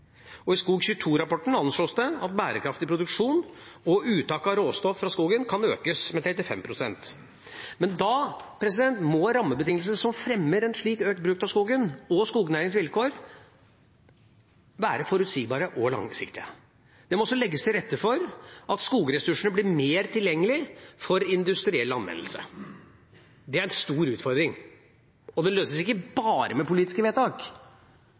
I SKOG22-rapporten anslås det at bærekraftig produksjon og uttak av råstoff fra skogen kan økes med 35 pst., men da må rammebetingelsene som fremmer en slikt økt bruk av skogen, og skognæringens vilkår være forutsigbare og langsiktige. Det må også legges til rette for at skogressursene blir mer tilgjengelige for industriell anvendelse. Det er en stor utfordring, og det løses ikke bare med politiske vedtak,